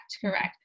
Correct